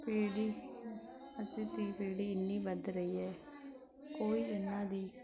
ਪੀੜ੍ਹੀ ਅੱਜ ਦੀ ਪੀੜ੍ਹੀ ਐਨੀ ਵੱਧ ਰਹੀ ਹੈ ਕੋਈ ਇਨ੍ਹਾਂ ਦੀ